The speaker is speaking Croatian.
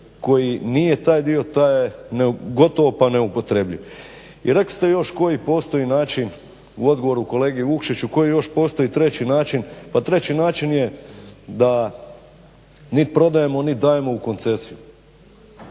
koji nije taj dio taj je gotovo pa neupotrebljiv. I rekli ste još koji postoji način u odgovoru kolegi Vukšiću, koji još postoji treći način. Pa treći način je da nit prodajemo, nit dajemo u koncesiju,